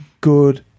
good